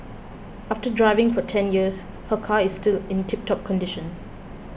after driving for ten years her car is still in tip top condition